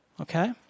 Okay